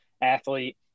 athlete